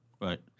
Right